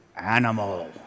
animal